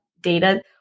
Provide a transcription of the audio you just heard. data